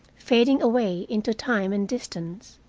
fading away into time and distance.